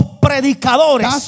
predicadores